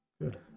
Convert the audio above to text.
Good